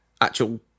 actual